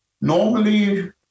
normally